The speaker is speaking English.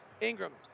Ingram